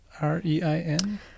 R-E-I-N